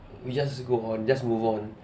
we just go on just move on